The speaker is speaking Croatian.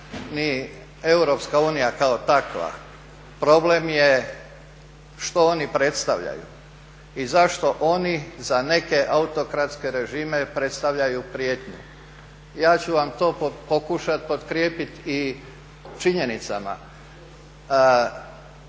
unija kao takva, problem je što oni predstavljaju i zašto oni za neke autokratske režime predstavljaju prijetnju. Ja ću vam to pokušati potkrijepiti i činjenicama.